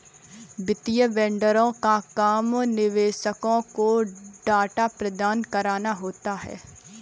वित्तीय वेंडरों का काम निवेशकों को डेटा प्रदान कराना होता है